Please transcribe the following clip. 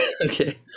Okay